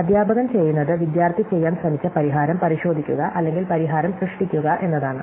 അധ്യാപകൻ ചെയ്യുന്നത് വിദ്യാർത്ഥി ചെയ്യാൻ ശ്രമിച്ച പരിഹാരം പരിശോധിക്കുക അല്ലെങ്കിൽ പരിഹാരം സൃഷ്ടിക്കുക എന്നതാണ്